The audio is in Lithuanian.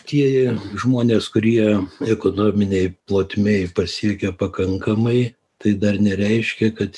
tie žmonės kurie ekonominėj plotmėj pasiekia pakankamai tai dar nereiškia kad